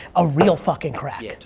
a real fucking crack.